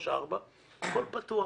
ואז הכול יהיה פתוח.